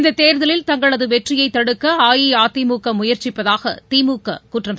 இந்த தேர்தலில் தங்களது வெற்றியை தடுக்க அஇஅதிமுக முயற்சிப்பதாக திமுக குற்றம்